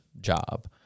job